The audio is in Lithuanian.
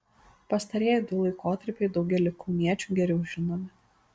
pastarieji du laikotarpiai daugeliui kauniečių geriau žinomi